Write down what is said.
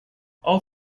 all